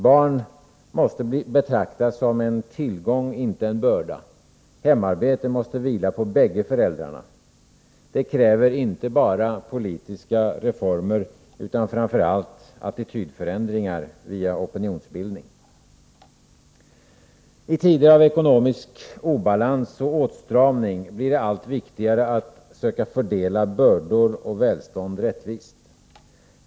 Barn måste betraktas som en tillgång, inte en börda. Hemarbetet måste vila på bägge föräldrarna. Detta kräver inte bara politiska reformer, utan framför allt attitydförändringar via opinionsbildning. Itider av ekonomisk obalans och åtstramning blir det allt viktigare att söka fördela bördor och välstånd rättvist.